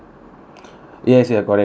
yes you are correct correct ya